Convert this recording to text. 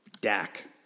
Dak